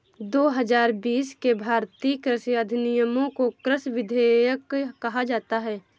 दो हजार बीस के भारतीय कृषि अधिनियमों को कृषि विधेयक कहा जाता है